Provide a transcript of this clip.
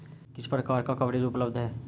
किस प्रकार का कवरेज उपलब्ध है?